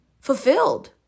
fulfilled